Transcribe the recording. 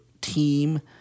team